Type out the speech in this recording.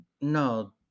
No